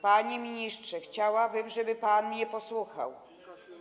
Panie ministrze, chciałabym, żeby pan mnie posłuchał.